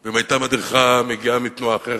מכפר-מנחם,